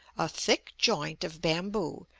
a thick joint of bamboo,